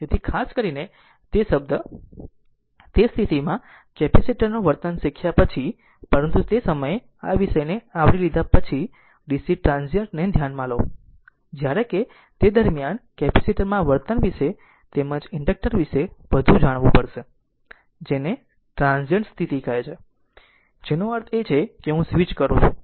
તેથી ખાસ કરીને તે શબ્દ તે સ્થિતીમાં કેપેસિટર નું વર્તન શીખ્યા પછી પરંતુ તે સમયે આ વિષયને આવરી લીધા પછી DC ટ્રાન્ઝીયન્ટ ને ધ્યાનમાં લો જ્યારે કે દરમ્યાન કેપેસિટર ના વર્તન વિશે તેમજ ઇન્ડકટર વિશે વધુ જાણતા હશે જેને ટ્રાન્ઝીયન્ટ સ્થિતિ કહે છે જેનો અર્થ છે કે હું સ્વિચ કરું છું